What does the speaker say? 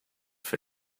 for